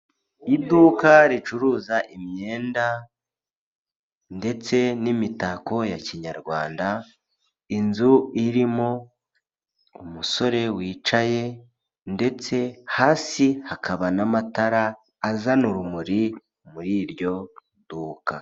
Iduka ricuruza imyenda ndetse n'imitako ya kinyarwanda, inzu irimo umusore wicaye ndetse hasi hakaba n'amatara azana urumuri muri iryo duka.